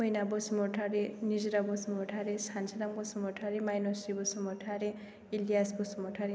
Maina Basumatary Nijora Basumatary Sansorang Basumatary Mainaosri Basumatary Ilias Basumatary